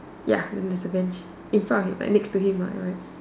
ya then there's a bench in front like next to him am I right